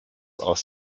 aus